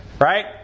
right